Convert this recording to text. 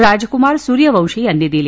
राजकुमार सूर्यवंशी यांनी दिली